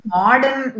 modern